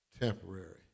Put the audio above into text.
temporary